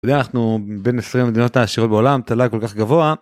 אנחנו בין 20 מדינות העשירות בעולם תל"ג כל כך גבוהה.